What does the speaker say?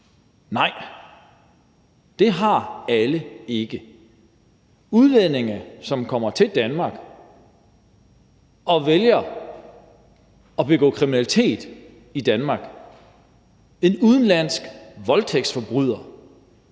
Nej, det har alle ikke. Udlændinge, som kommer til Danmark og vælger at begå kriminalitet i Danmark, en udenlandsk voldtægtsforbryder,